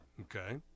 Okay